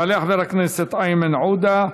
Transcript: יעלה חבר הכנסת איימן עודה,